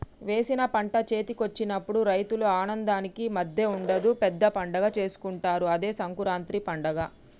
వేసిన పంట చేతికొచ్చినప్పుడు రైతుల ఆనందానికి హద్దే ఉండదు పెద్ద పండగే చేసుకుంటారు అదే సంకురాత్రి పండగ